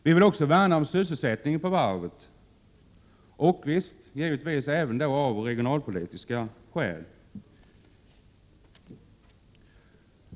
Vi vill också värna om sysselsättningen på varvet, givetvis även av regionalpolitiska skäl.